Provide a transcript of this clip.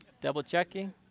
double-checking